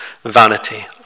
vanity